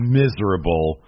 miserable